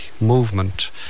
movement